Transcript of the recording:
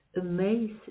amazing